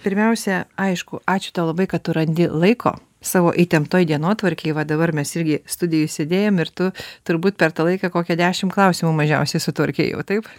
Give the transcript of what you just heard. pirmiausia aišku ačiū tau labai kad tu randi laiko savo įtemptoj dienotvarkėj va dabar mes irgi studijoj sėdėjom ir tu turbūt per tą laiką kokią dešimt klausimų mažiausiai sutvarkei jau taip